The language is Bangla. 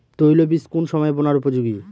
তৈলবীজ কোন সময়ে বোনার উপযোগী?